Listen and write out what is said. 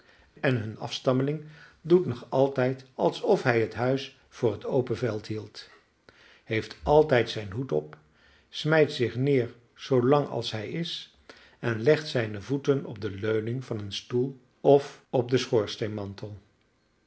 en hun afstammeling doet nog altijd alsof hij het huis voor het open veld hield heeft altijd zijn hoed op smijt zich neer zoo lang als hij is en legt zijne voeten op de leuning van een stoel of op den